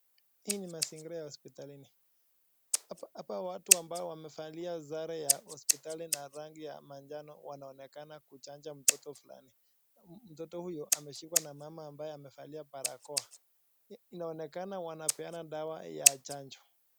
Hii ni mazingira ya hospitalini. Hapa watu ambao wamevalia sare ya hospitali na rangi ya manjano wanaonekana kuchanja mtoto fulani. Mtoto huyu ameshikwa na mama ambaye amevalia barakoa. Inaonekana wanapeana dawa ya chanjo.